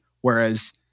Whereas